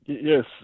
Yes